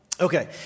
Okay